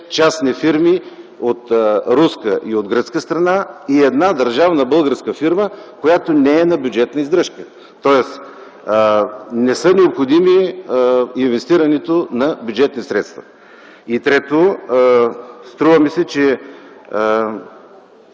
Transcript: частни фирми от руска и от гръцка страна и една държавна българска фирма, която не е на бюджетна издръжка, тоест не е необходимо инвестирането на бюджетни средства. Трето, струва ми се, че